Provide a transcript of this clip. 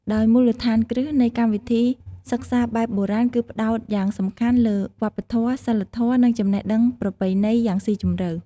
ដោយមូលដ្ឋានគ្រឹះនៃកម្មវិធីសិក្សាបែបបុរាណគឺផ្តោតយ៉ាងសំខាន់លើ វប្បធម៌ សីលធម៌ និងចំណេះដឹងប្រពៃណី យ៉ាងស៊ីជម្រៅ។